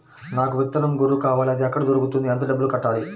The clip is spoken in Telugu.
నాకు విత్తనం గొర్రు కావాలి? అది ఎక్కడ దొరుకుతుంది? ఎంత డబ్బులు కట్టాలి?